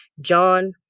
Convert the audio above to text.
John